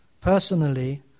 Personally